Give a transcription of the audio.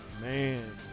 Man